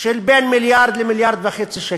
של בין מיליארד שקל ל-1.5 מיליארד שקל,